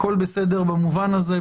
הכול בסדר במובן הזה,